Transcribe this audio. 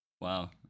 Wow